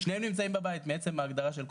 ושניהם נמצאים בבית מעצם ההגדרה של כוננות,